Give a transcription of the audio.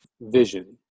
vision